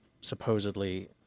supposedly